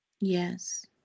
Yes